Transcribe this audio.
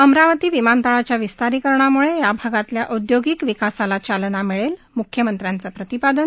अमरावती विमानतळाच्या विस्तारीकरणामुळे या भागातल्या औदयोगिक विकासाला चालना मिळेल म्ख्यमंत्र्यांचं प्रतिपादन